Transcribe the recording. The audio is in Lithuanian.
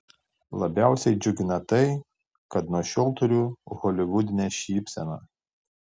labiausiai džiugina tai kad nuo šiol turiu holivudinę šypseną